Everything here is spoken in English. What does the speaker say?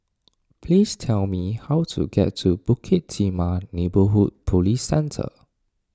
please tell me how to get to Bukit Timah Neighbourhood Police Centre